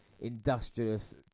industrious